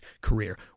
career